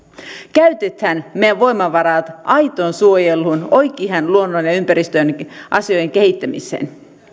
käytetään meidän voimavaramme aitoon suojeluun oikeaan luonnon ja ympäristön asioiden kehittämiseen